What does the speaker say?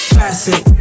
Classic